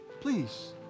Please